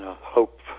hope